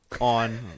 on